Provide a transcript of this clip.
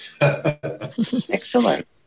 Excellent